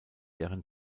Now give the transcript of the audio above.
deren